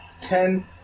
ten